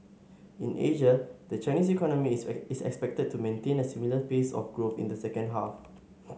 in Asia the Chinese economy is expected to maintain a similar pace of growth in the second half